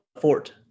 fort